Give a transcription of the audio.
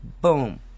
boom